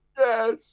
Yes